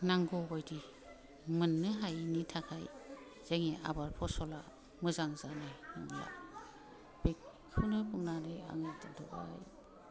नांगौ बायदि मोननो हायैनि थाखाय जायो आबाद फसला मोजां जायो बेखौनो बुंनानै आङो दोनथ'बाय